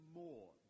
more